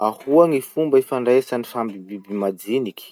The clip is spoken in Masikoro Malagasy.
Ahoa gny fomba ifandraesagn'ny samby biby madiniky?